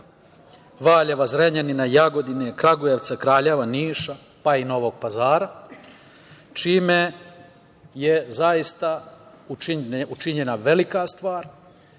Valjeva, Zrenjanina, Jagodine, Kragujevca, Kraljeva, Niša, pa i Novog Pazara. Time je zaista učinjena velika stvar.